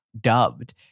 dubbed